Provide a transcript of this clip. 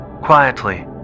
quietly